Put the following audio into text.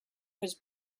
his